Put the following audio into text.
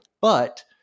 But-